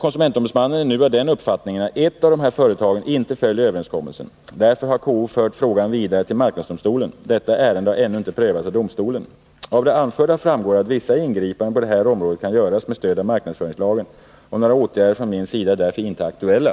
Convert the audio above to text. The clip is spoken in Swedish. KO är nu av den uppfattningen att ett av dessa företag inte följer överenskommelsen. Därför har KO fört frågan vidare till marknadsdomstolen. Detta ärende har ännu inte prövats av domstolen. Av det anförda framgår att vissa ingripanden på det här området kan göras med stöd av marknadsföringslagen. Några åtgärder från min sida är därför inte aktuella.